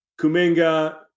Kuminga